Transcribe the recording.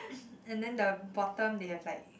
and then the bottom they have like